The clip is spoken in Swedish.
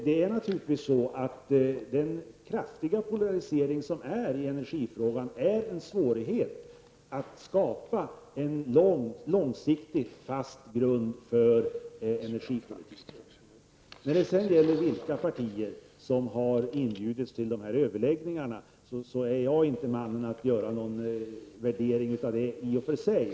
Den kraftiga polarisering som råder i energifrågan utgör en svårighet att skapa en långsiktig fast grund för energipolitiken. Jag är inte mannen att göra någon värdering av vilka partier som har blivit inbjudna till överläggningarna.